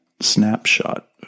snapshot